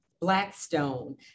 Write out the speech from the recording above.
Blackstone